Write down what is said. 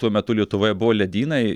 tuo metu lietuvoje buvo ledynai